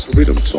Rhythm